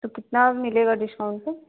तो कितना मिलेगा डिस्काउंट पर